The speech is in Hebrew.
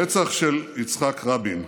הרצח של יצחק רבין,